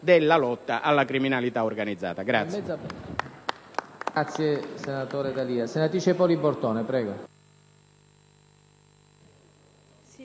della lotta alla criminalità organizzata.